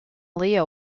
leo